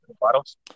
Bottles